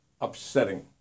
upsetting